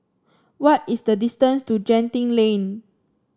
what is the distance to Genting Lane